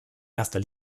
erster